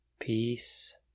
peace